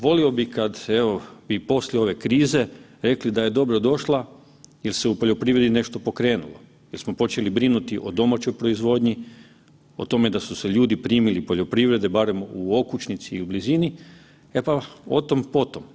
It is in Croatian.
Volio bi kad evo i poslije ove krize, rekli da je dobro došla jer se u poljoprivredni nešto pokrenulo jer smo počeli brinuti o domaćoj proizvodnji, o tome da su se ljudi primili poljoprivrede, barem u okućnici i u blizini, e pa o tom po tom.